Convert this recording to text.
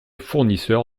fournisseur